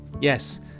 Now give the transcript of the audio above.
Yes